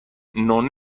non